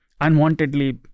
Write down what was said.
unwantedly